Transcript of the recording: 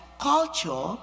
culture